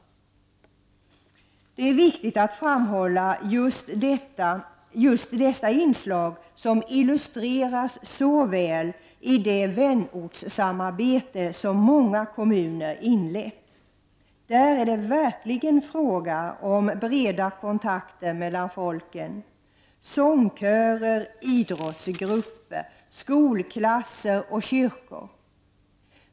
Det är viktigt att framhålla just dessa inslag, som illustreras så väl i det vänortssamarbete som många kommuner inlett. Där är det verkligen fråga om breda kontakter mellan folken — sångkörer, idrottsgrupper, skolklasser och kyrkor.